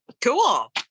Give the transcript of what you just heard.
Cool